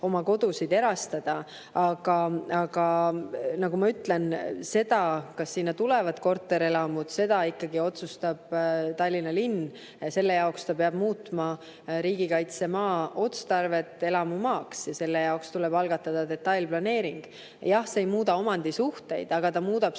oma kodusid erastada. Aga nagu ma ütlesin, seda, kas sinna tulevad korterelamud, otsustab ikkagi Tallinna linn. Selle jaoks ta peab muutma riigikaitsemaa otstarbe elamumaaks ja selle jaoks tuleb algatada detailplaneering. Jah, see ei muuda omandisuhteid, aga see muudab